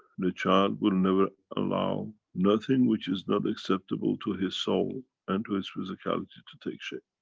the child will never allow nothing which is not acceptable to his soul and to his physicality to take shape.